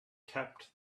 kept